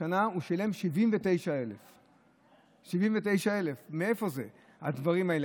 השנה הוא שילם 79,000. מאיפה הדברים האלה?